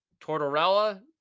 Tortorella